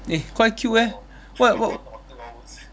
eh quite cute eh what what